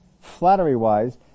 flattery-wise